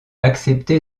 accepté